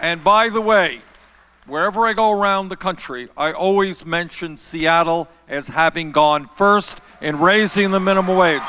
and by the way wherever i go around the country i always mention seattle as having gone first and raising the minimum wage